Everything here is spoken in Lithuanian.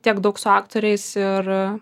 tiek daug su aktoriais ir